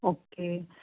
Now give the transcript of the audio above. okay